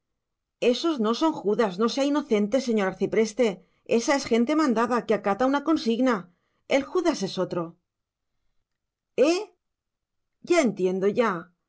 ésos no son judas no sea inocente señor arcipreste ésa es gente mandada que acata una consigna el judas es otro eeeeh ya entiendo ya